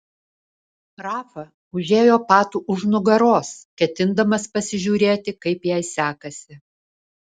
rafa užėjo pat už nugaros ketindamas pasižiūrėti kaip jai sekasi